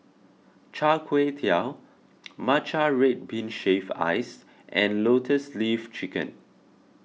Char Kway Teow Matcha Red Bean Shaved Ice and Lotus Leaf Chicken